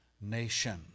nation